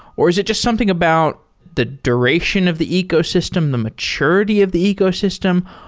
or is it just something about the duration of the ecosystem, the maturity of the ecosystem?